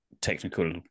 technical